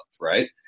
right